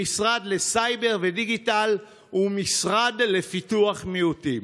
למשרד לסייבר ודיגיטל ומשרד לפיתוח מיעוטים.